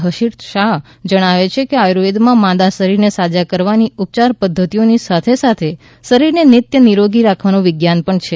હર્ષિત શાહ જણાવે છે કે આયુર્વેદમાં માંદા શરીરને સાજા કરવાની ઉપચાર પધ્ધતિઓની સાથે સાથે શરીરને નિત્ય નિરોગી રાખવાનું વિજ્ઞાન પણ છે